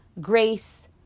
grace